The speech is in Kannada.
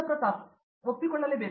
ಪ್ರತಾಪ್ ಹರಿದಾಸ್ ಅವರು ಒಪ್ಪಿಕೊಳ್ಳಬೇಕು